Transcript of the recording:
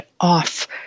off